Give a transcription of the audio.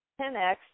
10x